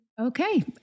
okay